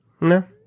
No